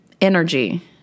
energy